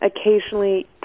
occasionally